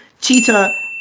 Cheetah